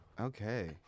Okay